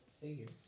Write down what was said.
figures